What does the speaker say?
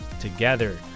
together